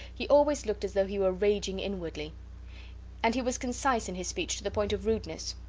he always looked as though he were raging inwardly and he was concise in his speech to the point of rudeness.